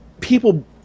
people